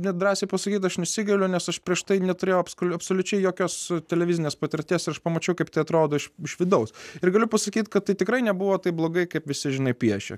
nedrąsiai pasakyt aš nesigailiu nes aš prieš tai neturėjau apskulio absoliučiai jokios televizinės patirties ir aš pamačiau kaip tai atrodo iš vidaus ir galiu pasakyt kad tai tikrai nebuvo taip blogai kaip visi žinai piešia